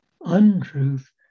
untruth